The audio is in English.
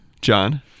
John